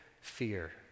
fear